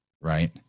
Right